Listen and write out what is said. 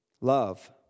Love